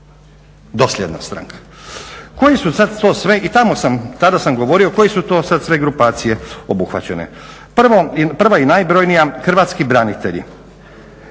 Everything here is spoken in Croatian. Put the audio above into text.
dosljedna stranka. Koji su sada to sve i tamo sam tada sam govorio koji su to sada sve grupacije obuhvaćene. Prva i najbrojnija hrvatski branitelji,